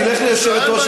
לך ליושבת-ראש